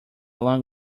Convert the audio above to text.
long